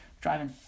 driving